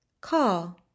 Call